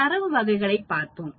தரவு வகைகளைப் பார்ப்போம்